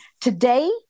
Today